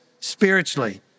spiritually